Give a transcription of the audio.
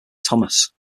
thomas